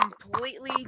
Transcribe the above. completely